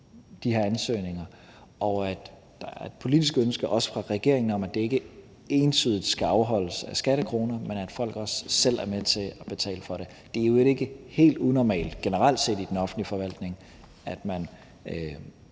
regeringens side er et politisk ønske om, at det at få den foretaget ikke entydigt skal afholdes af skattekroner, men at folk også selv er med til at betale for det. Det er i øvrigt generelt set ikke helt unormalt i den offentlige forvaltning, at man